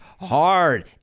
hard